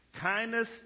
Kindness